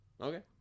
Okay